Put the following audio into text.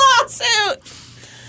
lawsuit